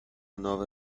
nova